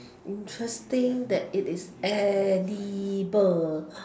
interesting that it is edible